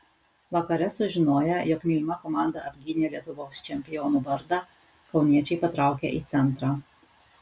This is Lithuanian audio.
vakare sužinoję jog mylima komanda apgynė lietuvos čempionų vardą kauniečiai patraukė į centrą